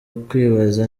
ukwibaza